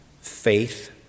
faith